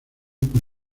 por